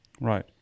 Right